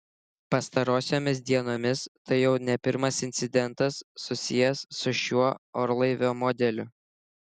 pastarosiomis dienomis tai jau ne pirmas incidentas susijęs su šiuo orlaivio modeliu